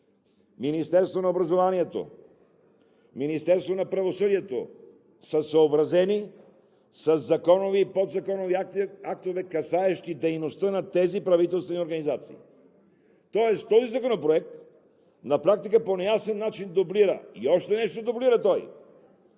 Министерството на образованието, Министерството на правосъдието, са съобразени със законови и подзаконови актове, касаещи дейността на тези правителствени организации. Този законопроект на практика по неясен начин дублира и още нещо дублира той